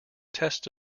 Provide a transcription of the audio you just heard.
test